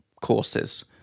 courses